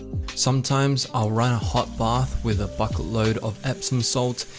sometimes i'll run a hot bath with a bucket load of epsom salt,